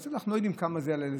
אז אנחנו לא יודעים כמה זה יעלה,